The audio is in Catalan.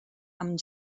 amb